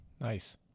Nice